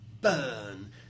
burn